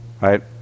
right